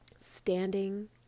standing